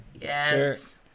Yes